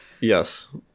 Yes